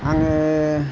आङो